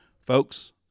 folks